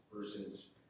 versus